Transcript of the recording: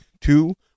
Two